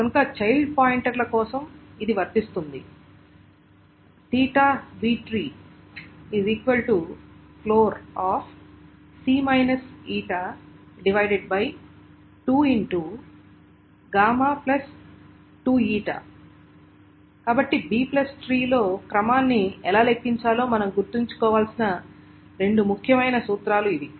కనుక చైల్డ్ పాయింటర్ల కోసం ఇది వస్తుంది కాబట్టి Bట్రీ యొక్క క్రమాన్ని ఎలా లెక్కించాలో మనం గుర్తుంచుకోవలసిన రెండు ముఖ్యమైన సూత్రాలు ఇవి